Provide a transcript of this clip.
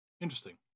Interesting